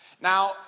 Now